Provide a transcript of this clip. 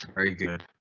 very good.